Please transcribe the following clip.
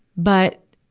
but,